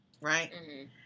right